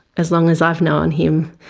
as long as i've known him,